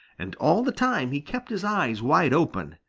and all the time he kept his eyes wide open,